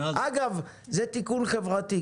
אגב, זה תיקון חברתי.